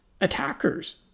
attackers